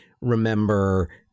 remember